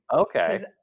okay